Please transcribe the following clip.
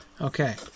Okay